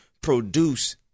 produce